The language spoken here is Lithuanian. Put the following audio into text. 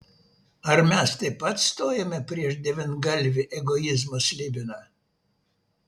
ar mes taip pat stojome prieš devyngalvį egoizmo slibiną